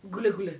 gula-gula